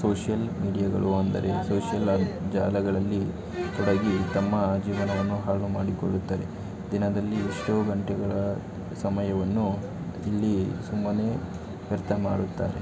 social ಮೀಡಿಯಾಗಳು ಅಂದರೆ social ಅದು ಜಾಲಗಳಲ್ಲಿ ತೊಡಗಿ ತಮ್ಮ ಜೀವನವನ್ನು ಹಾಳು ಮಾಡಿಕೊಳ್ಳುತ್ತಾರೆ ದಿನದಲ್ಲಿ ಎಷ್ಟೋ ಗಂಟೆಗಳ ಸಮಯವನ್ನು ಇಲ್ಲಿ ಸುಮ್ಮನೆ ವ್ಯರ್ಥ ಮಾಡುತ್ತಾರೆ